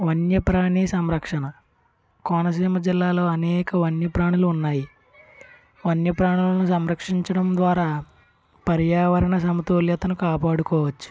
వన్యప్రాణి సంరక్షణ కోనసీమ జిల్లాలో అనేక వన్య ప్రాణులు ఉన్నాయి వన్య ప్రాణులను సంరక్షించడం ద్వారా పర్యావరణ సమతుల్యతను కాపాడుకోవచ్చు